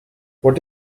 what